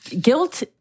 Guilt